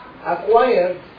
acquired